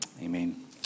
Amen